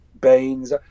Baines